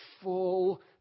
full